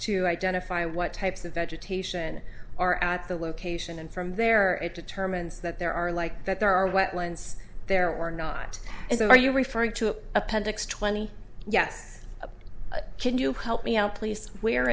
to identify what types of vegetation are at the location and from there it determines that there are like that there are wetlands there or not is are you referring to appendix twenty yes can you help me out please where